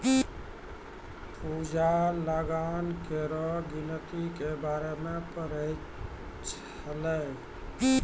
पूजा लगान केरो गिनती के बारे मे पढ़ै छलै